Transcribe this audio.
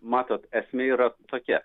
matot esmė yra tokia